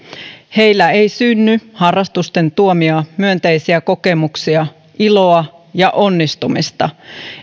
heille ei synny harrastusten tuomia myönteisiä kokemuksia iloa ja onnistumista